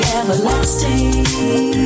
everlasting